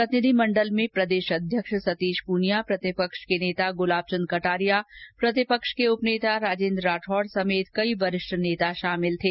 प्रतिनिधिमंडल में प्रदेश अध्यक्ष सतीश पूनिया प्रतिपक्ष के नेता गुलाब चंद कटारिया प्रतिपक्ष के उप नेता राजेंद्र राठौड़ समेत कई वरिष्ठ नेता शामिल थे